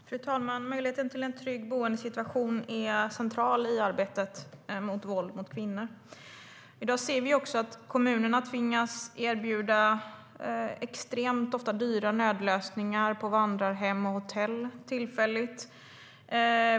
Fru talman! Möjligheten till en trygg boendesituation är central i arbetet mot våld mot kvinnor. I dag ser vi också att kommunerna tvingas erbjuda ofta extremt dyra och tillfälliga nödlösningar på vandrarhem och hotell.